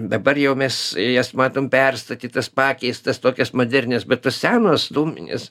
dabar jau mes jas matom perstatytas pakeistas tokias modernias bet tos senos dūminės